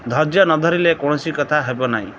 ଧୈର୍ଯ୍ୟ ନଧରିଲେ କୌଣସି କଥା ହେବ ନାହିଁ